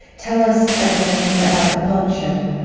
tell us again about the poncho,